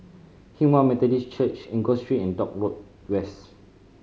Hinghwa Methodist Church Enggor Street and Dock Road West